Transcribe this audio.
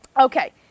Okay